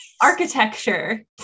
architecture